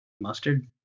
mustard